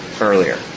earlier